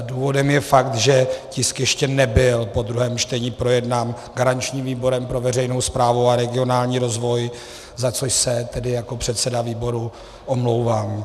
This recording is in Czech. Důvodem je fakt, že tisk ještě nebyl po druhém čtení projednán garančním výborem pro veřejnou správu a regionální rozvoj, za což se tedy jako předseda výboru omlouvám.